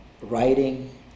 writing